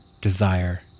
desire